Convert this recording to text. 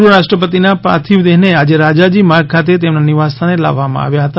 પૂર્વ રાષ્ટ્રપતિના પાર્થિવ દેહને આજે રાજાજી માર્ગ ખાતે તેમના નિવાસ સ્થાને લાવવામાં આવ્યા હતા